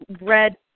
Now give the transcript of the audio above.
red